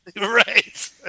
Right